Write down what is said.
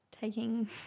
taking